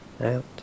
out